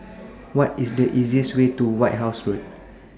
What IS The easiest Way to White House Road